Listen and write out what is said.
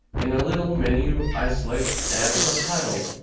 in a little menu i select add subtitle,